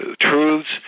truths